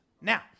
Now